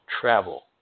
travel